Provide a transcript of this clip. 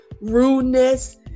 rudeness